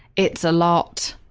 it's a lot.